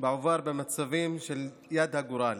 בעובד במצבים של יד הגורל